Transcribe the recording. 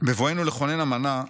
"בבואנו לכונן אמנה,